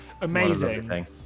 amazing